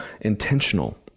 intentional